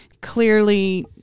clearly